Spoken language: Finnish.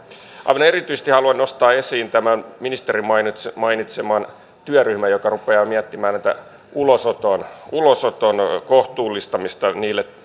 aivan erityisesti haluan nostaa esiin tämän ministerin mainitseman työryhmän joka rupeaa miettimään ulosoton ulosoton kohtuullistamista niille